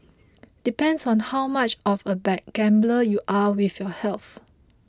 depends on how much of a bad gambler you are with your health